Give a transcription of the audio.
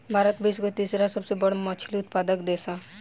भारत विश्व के तीसरा सबसे बड़ मछली उत्पादक देश ह